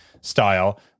style